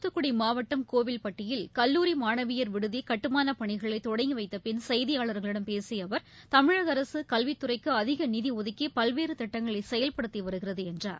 தூத்துக்குடி மாவட்டம் கோவில்பட்டியில் கல்லூரி மாணவியர் விடுதி கட்டுமானப் பணிகளை தொடங்கி வைத்த பின் செய்தியாளர்களிடம் பேசிய அவர் தமிழக அரசு கல்வித் துறைக்கு அதிக நிதி ஒதுக்கி பல்வேறு திட்டங்களை செயல்படுத்தி வருகிறது என்றார்